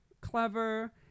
clever